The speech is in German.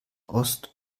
ost